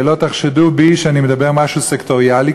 הרי לא תחשדו בי שאני מדבר משהו סקטוריאלי,